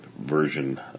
version